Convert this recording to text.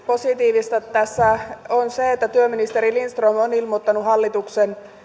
positiivista tässä on se että työministeri lindström on ilmoittanut hallituksen